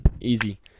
easy